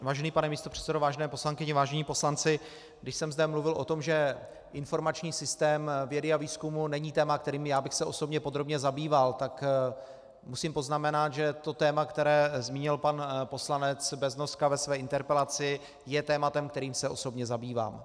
Vážený pane místopředsedo, vážené poslankyně, vážení poslanci, když jsem zde mluvil o tom, že informační systém vědy a výzkumu není téma, kterým já bych se osobně podrobně zabýval, tak musím poznamenat, že to téma, které zmínil pan poslanec Beznoska ve své interpelaci, je tématem, kterým se osobně zabývám.